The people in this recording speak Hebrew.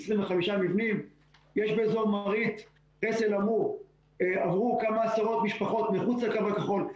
25 מבנים יש באזור מרעית --- עברו כמה עשרות משפחות מחוץ לקו הכחול.